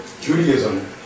Judaism